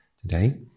today